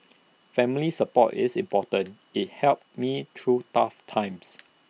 family support is important IT helps me through tough times